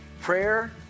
Prayer